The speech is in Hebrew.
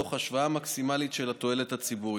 תוך השוואה מקסימלית של התועלת הציבורית.